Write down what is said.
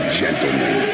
gentlemen